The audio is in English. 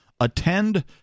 attend